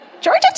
Georgia